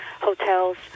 hotels